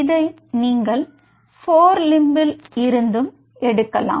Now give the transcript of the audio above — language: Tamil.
இதை நீங்கள் போர் லிம்பில் இருந்தும் எடுக்கலாம்